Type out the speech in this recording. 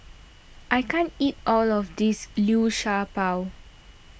I can't eat all of this Liu Sha Bao